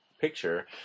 picture